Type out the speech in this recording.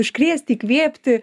užkrėsti įkvėpti